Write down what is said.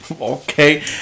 Okay